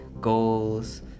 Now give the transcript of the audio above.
goals